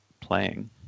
playing